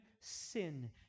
sin